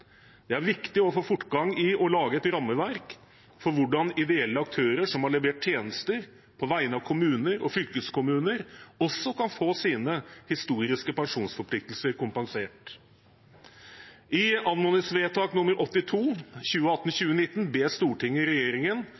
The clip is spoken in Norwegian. Det er viktig å få fortgang i å lage et rammeverk for hvordan ideelle aktører som har levert tjenester på vegne av kommuner og fylkeskommuner, også kan få sine historiske pensjonsforpliktelser kompensert. I anmodningsvedtak nr. 82 for 2018–2019 ber Stortinget regjeringen